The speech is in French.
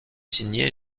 signée